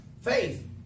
Faith